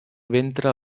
ventre